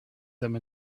them